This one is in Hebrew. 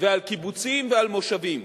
ועל קיבוצים ועל מושבים.